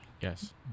Yes